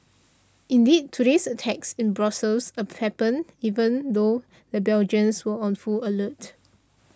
indeed today's attacks in Brussels happened even though the Belgians were on full alert